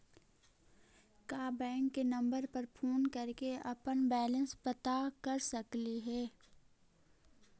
का बैंक के नंबर पर फोन कर के अपन बैलेंस पता कर सकली हे?